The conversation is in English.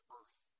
earth